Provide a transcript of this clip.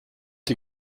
die